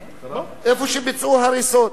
אגב, יפו איננה בירת המדינה.